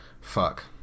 Fuck